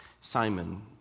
Simon